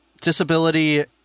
Disability